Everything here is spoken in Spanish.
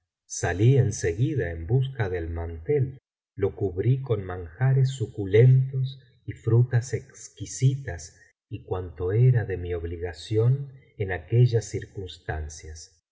salí en seguida en busca del mantel lo cubrí con manjares suculentos y frutas exquisitas y cuanto era de mi obligación en aquellas circunstancias